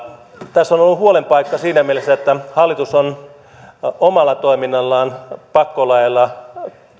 tässä on ollut huolen paikka siinä mielessä että hallitus on omalla toiminnallaan pakkolaeilla